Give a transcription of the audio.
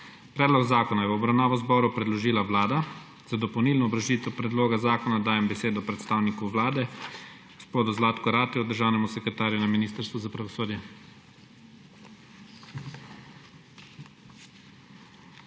Predlog zakona je v obravnavo Državnemu zboru predložila Vlada. Za dopolnilno obrazložitev predloga zakona dajem besedo predstavniku Vlade gospodu Zlatku Rateju, državnemu sekretarju na Ministrstvu za pravosodje.